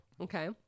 okay